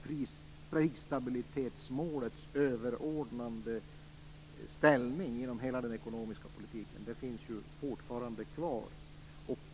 Prisstabilitetsmålets överordnande ställning inom hela den ekonomiska politiken finns fortfarande kvar.